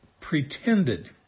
pretended